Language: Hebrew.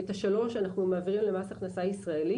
ואת השלוש אנחנו מעבירים למס ההכנסה הישראלי